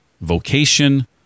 vocation